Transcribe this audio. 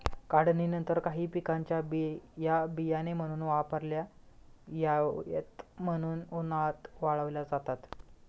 काढणीनंतर काही पिकांच्या बिया बियाणे म्हणून वापरता याव्यात म्हणून उन्हात वाळवल्या जातात